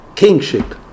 kingship